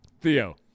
Theo